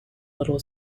little